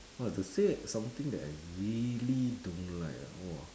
!wah! to say something that I really don't like ah !wah!